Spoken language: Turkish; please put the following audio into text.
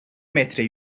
metre